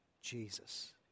Jesus